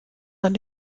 dann